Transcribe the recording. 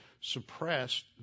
suppressed